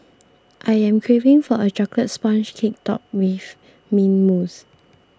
I am craving for a Chocolate Sponge Cake Topped with Mint Mousse